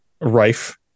rife